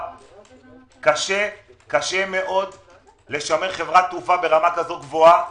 קשה מאוד לשמר חברת תעופה ברמה כזו גבוהה.